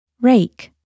Rake